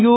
U